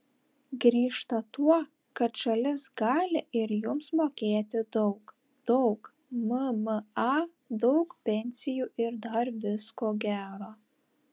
grįžta tuo kad šalis gali ir jums mokėti daug daug mma daug pensijų ir dar visko gero